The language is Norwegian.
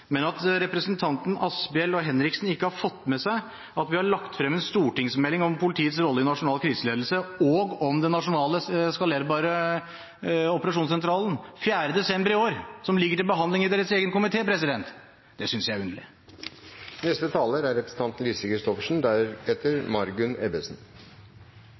men at representantene Asphjell og Henriksen ikke har fått med seg at vi har lagt frem en stortingsmelding om politiets rolle i nasjonal kriseledelse og om den nasjonale skalerbare operasjonssentralen den 4. desember i år, som ligger til behandling i deres egen komité, synes jeg er underlig. Politireformen er